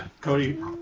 Cody